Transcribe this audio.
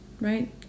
right